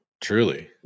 Truly